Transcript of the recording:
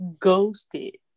ghosted